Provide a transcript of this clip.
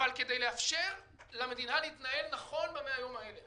אבל כדי לאפשר למדינה להתנהל נכון ב-100 הימים האלה,